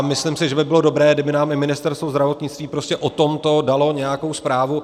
Myslím si, že by bylo dobré, kdyby nám i Ministerstvo zdravotnictví prostě o tomto dalo nějakou zprávu.